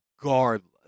regardless